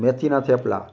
મેથીનાં થેપલાં